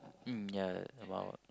mm ya awhile